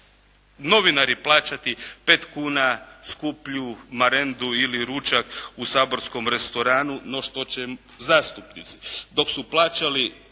novinari plaćati 5 kuna skuplju marendu ili ručak u saborskom restoranu no što će zastupnici.